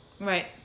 Right